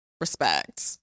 respect